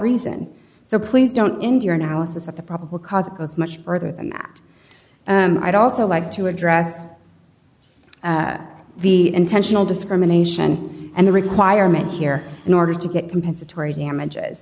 reason so please don't endure analysis of the probable cause it goes much further than that and i'd also like to address the intentional discrimination and the requirement here in order to get compensatory damages